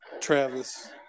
Travis